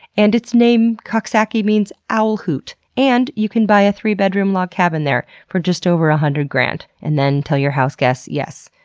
and its name, coxsackie, means owl hoot. and you can buy a three-bedroom log cabin there for just over a hundred grand. and then tell your house guests, yes.